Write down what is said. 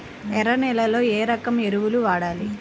ఎర్ర నేలలో ఏ రకం ఎరువులు వాడాలి?